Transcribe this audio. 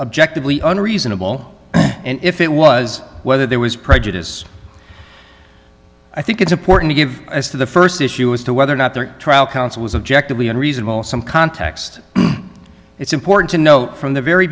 objective leone reasonable and if it was whether there was prejudice i think it's important to give as to the st issue as to whether or not their trial counsel was objective and reasonable some context it's important to know from the very